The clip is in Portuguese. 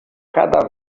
cada